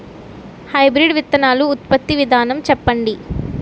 Hybrid విత్తనాలు ఉత్పత్తి విధానం చెప్పండి?